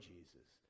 Jesus